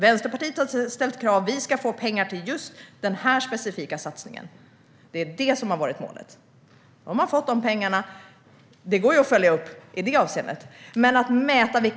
Vänsterpartiet har ställt krav på pengar till en specifik satsning. Det är det som har varit målet. Man har fått pengarna, och i det avseendet går det att följa upp.